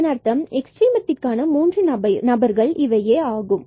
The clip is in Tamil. இதன் அர்த்தம் எக்ஸ்ட்ரீமத்திற்கான மூன்று நபர்கள் இவையே ஆகும்